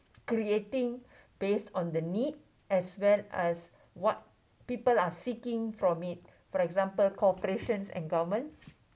creating based on the need as well as what people are seeking from it for example corporations and government